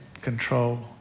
control